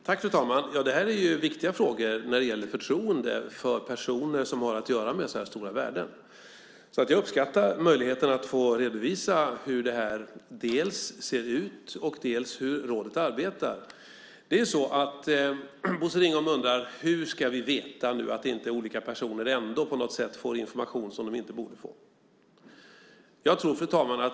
Fru talman! Det här är viktiga frågor när det gäller förtroendet för personer som har att göra med så stora värden. Jag uppskattar möjligheten att få redovisa dels hur det ser ut, dels hur rådet arbetar. Bosse Ringholm undrar hur vi ska veta att olika personer ändå inte får information som de inte borde få. Fru talman!